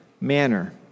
manner